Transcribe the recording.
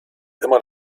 immer